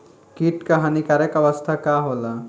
कीट क हानिकारक अवस्था का होला?